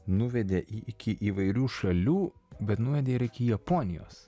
nuvedė į iki įvairių šalių bet nuvedė ir iki japonijos